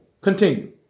Continue